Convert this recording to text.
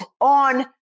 on